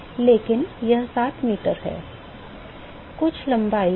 लेकिन यह 7 मीटर है